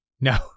No